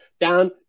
down